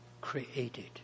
created